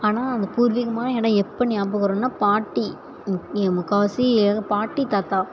ஆனால் அந்த பூர்வீகமான இடம் எப்போ ஞாபகம் வரும்னா பாட்டி முக்கால்வாசி பாட்டி தாத்தா